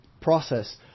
process